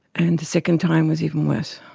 and the second time was even worse.